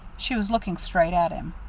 she was looking straight at him.